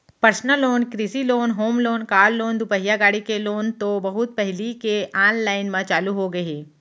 personal loan, कृषि loan, home loan, car loan, दुपहिया गाड़ी के लोन तो बहुत पहिली ले आनलाइन म चालू होगे हे